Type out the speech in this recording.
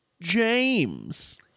James